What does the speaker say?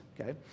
okay